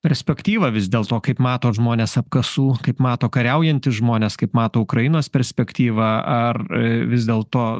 perspektyva vis dėl to kaip mato žmones apkasų kaip mato kariaujantys žmonės kaip mato ukrainos perspektyvą ar vis dėlto